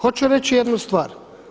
Hoću reći jednu stvar.